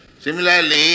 Similarly